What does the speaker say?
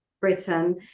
Britain